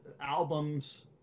albums